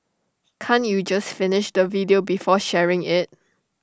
can't you just finish the video before sharing IT